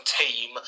team